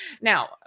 now